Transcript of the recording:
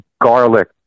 garlic